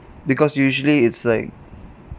because usually it's like